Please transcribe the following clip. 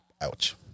ouch